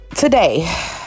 Today